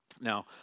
Now